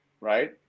Right